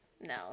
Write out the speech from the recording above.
No